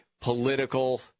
political